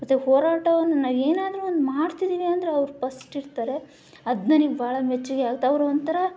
ಮತ್ತೆ ಹೋರಾಟವನ್ನು ನಾವು ಏನಾದರೂ ಒಂದು ಮಾಡ್ತಿದ್ದೀವಿ ಅಂದರೆ ಅವರು ಫ಼ಸ್ಟ್ ಇರ್ತಾರೆ ಅದು ನನಗೆ ಬಹಳ ಮೆಚ್ಚುಗೆ ಆಗತ್ತೆ ಅವರು ಒಂಥರಾ